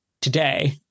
today